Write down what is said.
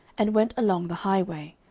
and went along the highway,